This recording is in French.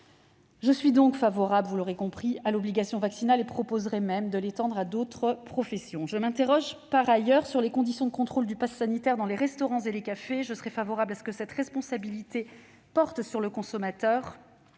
Je suis donc favorable à l'obligation vaccinale, et proposerai même de l'étendre à d'autres professions. Je m'interroge par ailleurs sur les conditions de contrôle du passe sanitaire dans les restaurants et les cafés. Je serai favorable à ce que la responsabilité porte sur le consommateur,